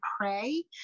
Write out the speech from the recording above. pray